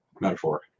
Metaphor